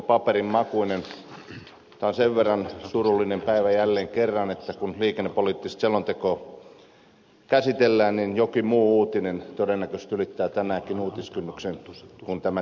tämä on sen verran surullinen päivä jälleen kerran että kun liikennepoliittista selontekoa käsitellään niin jokin muu uutinen todennäköisesti ylittää tänäänkin uutiskynnyksen kuin tämä tärkeä selonteko